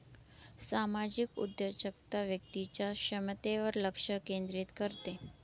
सामाजिक उद्योजकता व्यक्तीच्या क्षमतेवर लक्ष केंद्रित करते